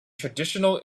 traditional